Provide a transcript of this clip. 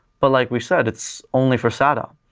but like we said, it's only for sata.